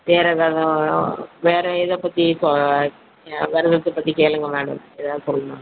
வேறு எதாவது வேறு எதை பற்றி வேறு எதை பற்றி கேளுங்க மேடம் எதாது சொல்லுண்ணுனா